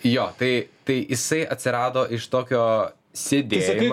jo tai tai jisai atsirado iš tokio sėdėjimo